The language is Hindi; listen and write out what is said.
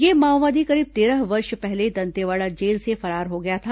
यह माओवादी करीब तेरह वर्ष पहले दंतेवाडा जेल से फरार हो गया था